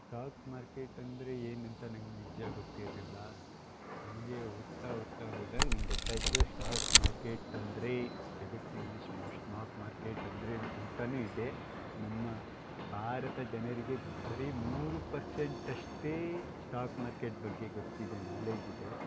stock market ಅಂದರೆ ಏನಂತ ನಂಗೆ ನಿಜ ಗೊತ್ತಿರಲಿಲ್ಲ ಹಾಗೆ ಹೋಗ್ತಾ ಹೋಗ್ತಾ ಹೋದಾಗೆ ನಂಗೆ ಗೊತ್ತಾಯಿತು ಸ್ಟಾಕ್ ಮಾರ್ಕೆಟ್ ಅಂದರೆ ಜಗತ್ತಿನಲ್ಲಿ ಸ್ಟಾಕ್ ಮಾರ್ಕೆಟ್ ಅಂದರೆ ಅಂತನೇ ಇದೆ ನಮ್ಮ ಭಾರತ ಜನರಿಗೆ ಬರೀ ಮೂರು ಪರ್ಸೆಂಟ್ ಅಷ್ಟೇ ಸ್ಟಾಕ್ ಮಾರ್ಕೆಟ್ ಬಗ್ಗೆ ಗೊತ್ತಿದೆ ನಾಲೆಜ್ ಇದೆ